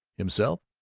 himself,